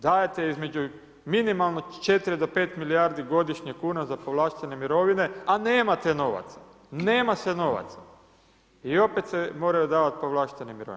Dajete između minimalno 4-5 milijardi godišnje kuna za povlaštene mirovine a nemate novaca, nema se novaca i opet se moraju davati povlaštene mirovine.